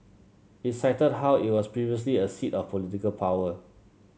it cited how it was previously a seat of political power